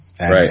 Right